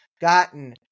gotten